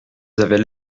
avaient